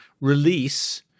release